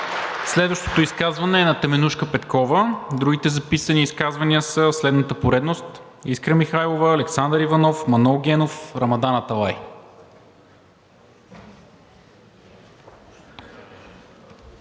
Следващото изказване е на Теменужка Петкова, а другите записани изказвания са в следната поредност: Искра Михайлова, Александър Иванов, Манол Генов, Рамадан Аталай.